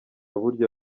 burya